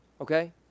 okay